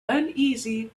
uneasy